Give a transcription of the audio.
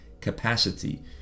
capacity